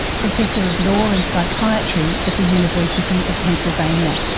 professor of law and psychiatry at the university of pennsylvania.